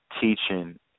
teaching